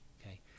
Okay